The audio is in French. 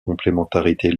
complémentarité